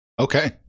Okay